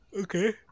okay